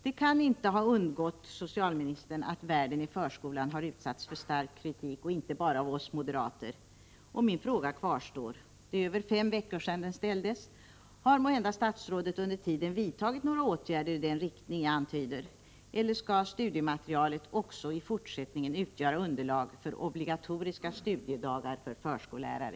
Det kan inte ha undgått socialministern att Världen i förskolan har utsatts för stark kritik, och det inte bara av oss moderater. Min fråga kvarstår — det är över fem veckor sedan den ställdes: Har måhända statsrådet under tiden vidtagit några åtgärder i den riktning jag antyder, eller skall studiematerialet också i fortsättningen utgöra underlag för obligatoriska studiedagar för förskollärare?